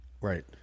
Right